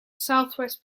southwest